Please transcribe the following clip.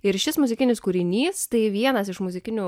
ir šis muzikinis kūrinys tai vienas iš muzikinių